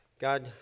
God